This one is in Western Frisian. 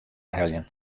heljen